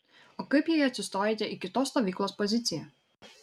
o kaip jei atsistojate į kitos stovyklos poziciją